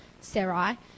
Sarah